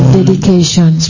dedication